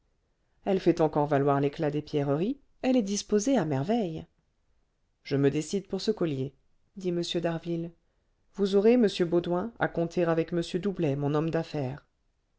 elle fait encore valoir l'éclat des pierreries elle est disposée à merveille je me décide pour ce collier dit m d'harville vous aurez monsieur baudoin à compter avec m doublet mon homme d'affaires